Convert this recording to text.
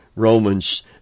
Romans